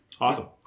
Awesome